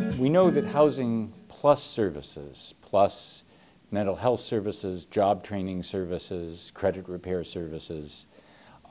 d we know that housing plus services plus mental health services job training services credit repair services